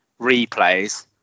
replays